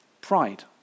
Pride